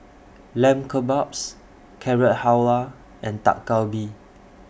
Lamb Kebabs Carrot Halwa and Dak Galbi